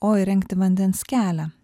o įrengti vandens kelią